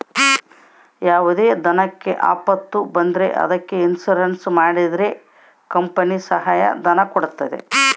ಯಾವುದೇ ದನಕ್ಕೆ ಆಪತ್ತು ಬಂದ್ರ ಅದಕ್ಕೆ ಇನ್ಸೂರೆನ್ಸ್ ಮಾಡ್ಸಿದ್ರೆ ಕಂಪನಿ ಸಹಾಯ ಧನ ಕೊಡ್ತದ